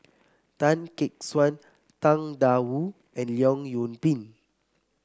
Tan Gek Suan Tang Da Wu and Leong Yoon Pin